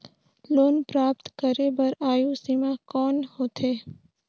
Loan प्राप्त करे बर आयु सीमा कौन होथे?